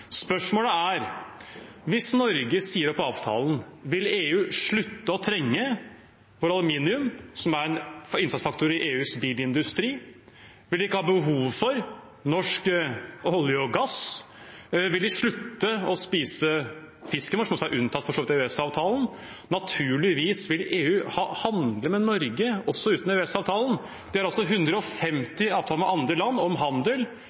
Spørsmålet er: Hvis Norge sier opp avtalen, vil EU slutte å trenge Norges aluminium, som er en innsatsfaktor i EUs bilindustri? Vil de ikke ha behov for norsk olje og gass? Vil de slutte å spise fisken vår, som for så vidt også er unntatt EØS-avtalen? Naturligvis vil EU handle med Norge også uten EØS-avtalen. De har 150 avtaler om handel